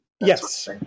Yes